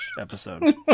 episode